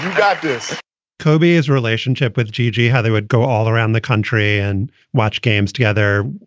got this kobe is relationship with g g, how they would go all around the country and watch games together.